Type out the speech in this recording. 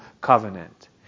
covenant